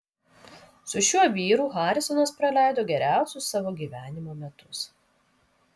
su šiuo vyru harisonas praleido geriausius savo gyvenimo metus